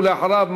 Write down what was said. ואחריו,